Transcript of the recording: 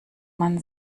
man